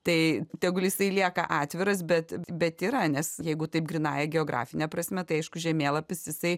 tai tegul jisai lieka atviras bet bet yra nes jeigu taip grynąja geografine prasme tai aišku žemėlapis jisai